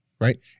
right